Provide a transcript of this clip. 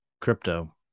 crypto